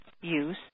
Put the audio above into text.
use